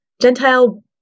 Gentile